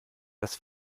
das